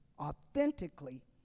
authentically